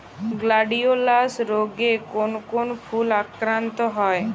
Gladiolus রোগে কোন কোন ফুল আক্রান্ত হয়?